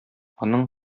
аның